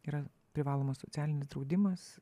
yra privalomas socialinis draudimas